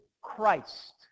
Christ